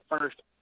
first